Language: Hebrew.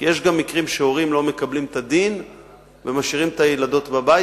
כי יש גם מקרים שהורים לא מקבלים את הדין ומשאירים את הילדות בבית,